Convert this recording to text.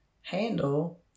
handle